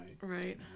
Right